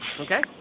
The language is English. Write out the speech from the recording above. Okay